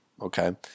okay